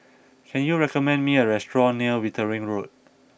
can you recommend me a restaurant near Wittering Road